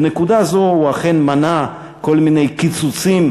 בנקודה זו הוא אכן מנה כל מיני קיצוצים